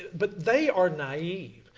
but they are naive.